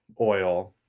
oil